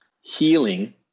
healing